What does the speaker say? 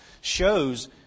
shows